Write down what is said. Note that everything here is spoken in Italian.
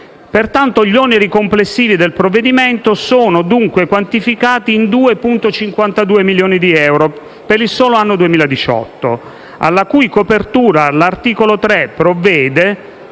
Pertanto, gli oneri complessivi del provvedimento sono quantificati in 2,52 milioni di euro per il solo anno 2018, alla cui copertura l'articolo 3 provvede